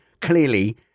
Clearly